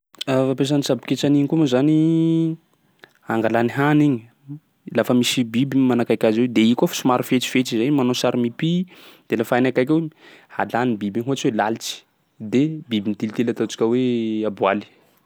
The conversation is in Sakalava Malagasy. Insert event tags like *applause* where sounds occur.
*hesitation* Fampiasan'ny tsabo ketsany igny moa zany angalany hany igny, lafa misy biby manakaiky azy eo de i koa fa somary fetsifetsy zay manao sary mipy, de lafa hainy akaiky eo igny halaniny biby io ohatsy hoe lalitsy; de biby mitilitily ataontsika hoe aboaly.